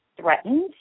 threatened